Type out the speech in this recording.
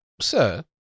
sir